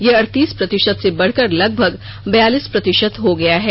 यह अड़तीस प्रतिशत से बढ़कर लगभग बयालीस प्रतिशत हो गया है